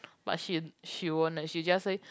but she she won't leh she just say